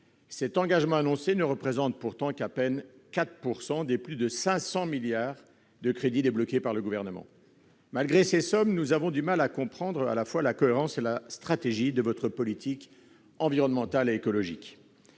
cet engagement annoncé ne représente pourtant qu'à peine 4 % des plus de 500 milliards d'euros de crédits débloqués par le Gouvernement. Malgré ces sommes, nous avons du mal à comprendre tant la cohérence de votre politique environnementale et écologique